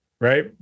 Right